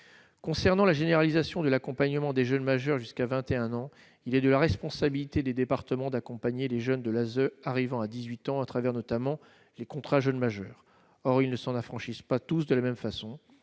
concernant la généralisation de l'accompagnement des jeunes majeurs jusqu'à 21 ans, il est de la responsabilité des départements d'accompagner les jeunes de l'ASE arrivant à 18 ans, à travers notamment les contrats jeunes majeurs, or il ne s'en affranchissent pas tous de la même façon,